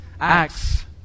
acts